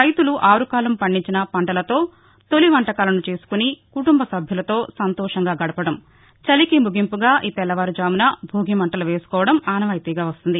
రైతులు ఆరుకాలం పండించిన పంటలతో తొలి వంటకాలను చేసుకుని కుటుంబ సభ్యులతో సంతోషంగా గడపడం చలికి ముగింపుగా ఈ తెల్లవారుజామున భోగి మంటలు వేసుకోవడం ఆనవాయితీగా వస్తోంది